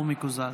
הוא מקוזז.